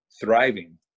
thriving